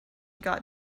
got